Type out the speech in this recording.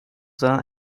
sondern